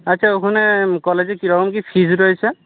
আচ্ছা ওখানে কলেজের কীরকম কী ফিজ রয়েছে